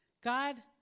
God